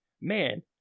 man